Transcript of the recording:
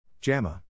JAMA